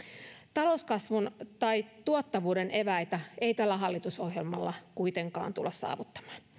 talouskasvun tai tuottavuuden eväitä ei tällä hallitusohjelmalla kuitenkaan tulla saavuttamaan